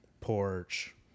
porch